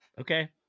okay